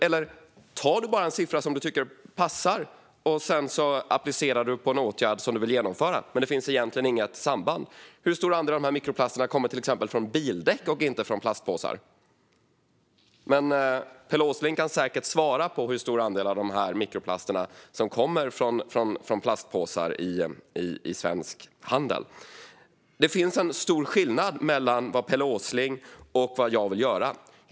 Eller tar du bara en siffra som du tycker passar och applicerar på en åtgärd du vill genomföra utan att det finns något egentligt samband? Hur stor andel av dessa mikroplaster kommer till exempel från bildäck och inte från plastpåsar? Pelle Åsling kan säkert svara på hur stor andel av mikroplasterna som kommer från plastpåsar i svensk handel. Det finns en stor skillnad mellan vad Pelle Åsling och jag vill göra.